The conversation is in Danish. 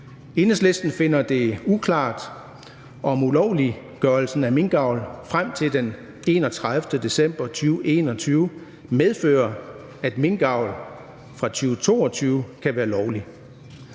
Enhedslisten finder det uklart, om ulovliggørelsen af minkavl frem til den 31. december 2021 medfører, at minkavl fra 2022 kan være lovligt.